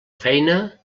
feina